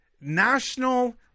National